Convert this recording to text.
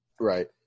Right